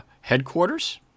headquarters